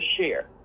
share